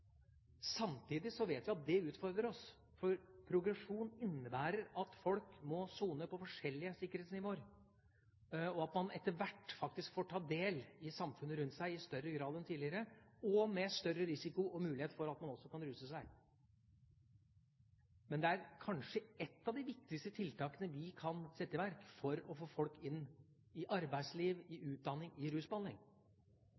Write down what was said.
Samtidig vet vi at det utfordrer oss, for progresjon innebærer at folk må sone på forskjellige sikkerhetsnivåer, og at man etter hvert faktisk får ta del i samfunnet rundt seg i større grad enn tidligere – med større risiko og mulighet for at man også kan ruse seg. Men det er kanskje et av de viktigste tiltakene vi kan sette i verk for å få folk inn i arbeidsliv,